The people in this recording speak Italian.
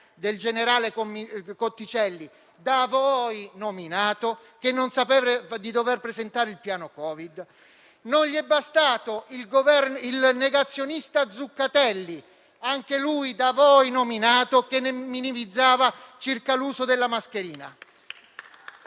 del generale Cotticelli, da voi nominato, che non sapeva di dover presentare il piano Covid; non gli è bastato il negazionista Zuccatelli, anche lui da voi nominato, che minimizzava circa l'uso della mascherina.